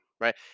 right